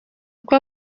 uko